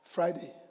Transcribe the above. Friday